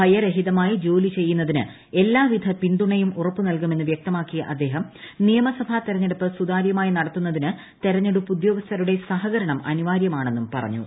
ഭയരഹിതമായി ജോലി ചെയ്യുന്നതിന് എല്ലാവിധ പിന്തുണയും ഉറപ്പുനൽകുമെന്ന് വൃക്തമാക്കിയ അദ്ദേഹം നിയമസഭാ തെരഞ്ഞെടുപ്പ് സുതാര്യമായി നടത്തുന്നതിന് തെരഞ്ഞെടുപ്പ് ഉദ്യോഗസ്ഥരുടെ സഹുക്യുണ്ട് അനിവാര്യമാണെന്നും പറഞ്ഞു